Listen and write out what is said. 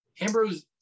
Ambrose